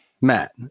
matt